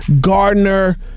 Gardner